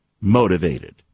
motivated